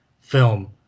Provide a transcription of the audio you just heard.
film